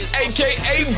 aka